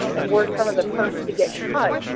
and we're some of the first to get cut.